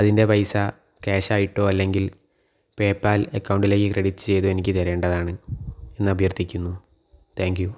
അതിൻ്റെ പൈസ ക്യാഷായിട്ടോ അല്ലെങ്കിൽ പേപ്പാൽ അക്കൗണ്ടിലേക്ക് ക്രെഡിറ്റ് ചെയ്ത് എനിക്ക് തരേണ്ടതാണ് എന്ന് അഭ്യർത്ഥിക്കുന്നു താങ്ക് യു